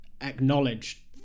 acknowledge